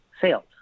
sales